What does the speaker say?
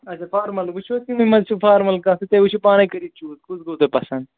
اچھا فارمَل وٕچھو حظ تَمے منٛز چھِو فارمَل کَتھ تُہۍ وُچھِو پانَے کٔرِتھ چوٗز کُس گوٚو تۄہہِ پَسنٛد